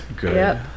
good